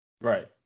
Right